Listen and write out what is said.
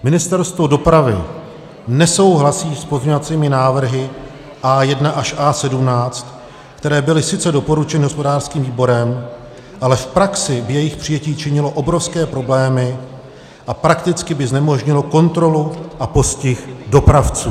Ministerstvo dopravy nesouhlasí s pozměňovacími návrhy A1 až A17, které byly sice doporučeny hospodářským výborem, ale v praxi by jejich přijetí činilo obrovské problémy a prakticky by znemožnilo kontrolu a postih dopravců.